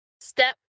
step